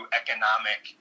economic